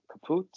kaput